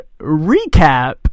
recap